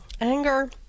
anger